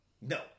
no